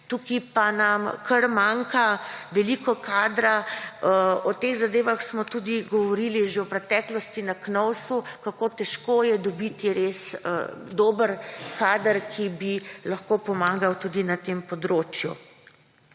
Tukaj pa nam kar manjka veliko kadra. O teh zadevah smo tudi govorili že v preteklosti na Knovsu kako težko je dobiti res dober kader, ki bi lahko pomagal tudi na tem področju.